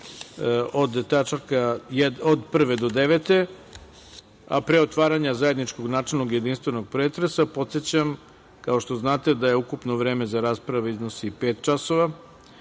znate, od 1. do 9. tačke, a pre otvaranja zajedničkog načelnog i jedinstvenog pretresa podsećam, kao što znate, da je ukupno vreme za rasprave iznosi pet časova. Molim